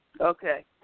Okay